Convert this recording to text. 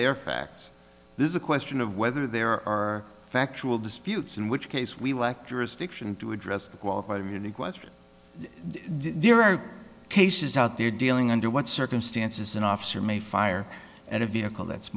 their facts this is a question of whether they are factual disputes in which case we work jurisdiction to address the qualified immunity question there are cases out there dealing under what circumstances an officer may fire at a vehicle that's